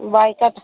boycott